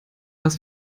was